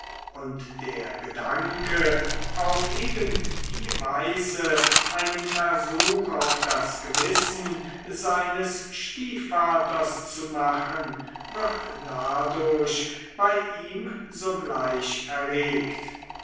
und der gedanke auf eben die weise einen versuch auf das gewissen seines stiefvaters zu machen wird dadurch bei ihm sogleich erregt